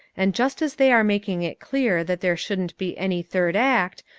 and just as they are making it clear that there shouldn't be any third act,